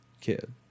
kid